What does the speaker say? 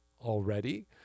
already